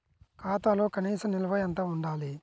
ఖాతాలో కనీస నిల్వ ఎంత ఉండాలి?